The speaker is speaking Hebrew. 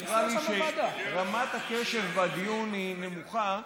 ונראה לי שרמת הקשב בדיון היא נמוכה,